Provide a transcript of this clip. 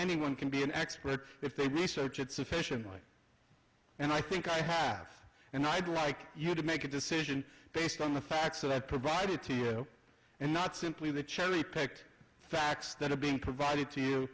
anyone can be an expert if they research it sufficiently and i think i have and i'd like you to make a decision based on the facts so that provided to you and not simply the cherry picked facts that have been provided to you